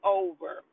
over